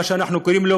כמו שאנחנו קוראים לו,